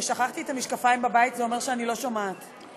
אנחנו עוברים להצעת חוק חובת המכרזים (תיקון,